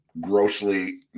grossly